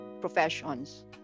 professions